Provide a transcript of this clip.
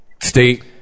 state